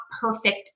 perfect